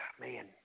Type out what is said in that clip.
Man